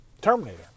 Terminator